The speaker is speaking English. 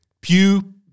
Pew